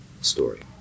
story